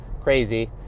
crazy